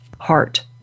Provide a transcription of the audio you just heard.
heart